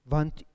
Want